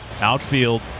Outfield